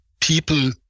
people